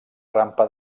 rampa